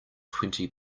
twenty